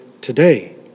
today